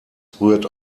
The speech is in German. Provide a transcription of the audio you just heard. rührt